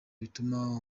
bituma